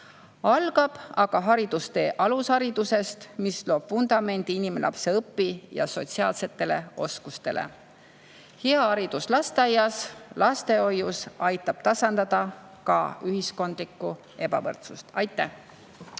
Algab aga haridustee alusharidusest, mis loob vundamendi inimlapse õpi‑ ja sotsiaalsetele oskustele. Hea haridus lasteaias, lastehoius aitab tasandada ka ühiskondlikku ebavõrdsust. Aitäh!